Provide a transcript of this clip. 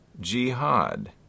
Jihad